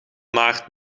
maart